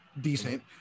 decent